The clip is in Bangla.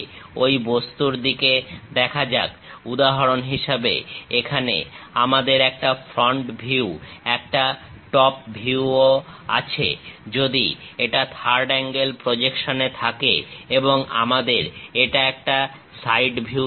ঐ বস্তুর দিকে দেখা যাক উদাহরণ হিসাবে এখানে আমাদের একটা ফ্রন্ট ভিউ একটা টপ ভিউ ও আছে যদি এটা থার্ড অ্যাঙ্গেল প্রজেকশনে থাকে এবং আমাদের এটা একটা সাইড ভিউ থাকে